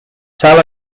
tel